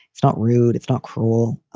it's not rude. it's not cruel.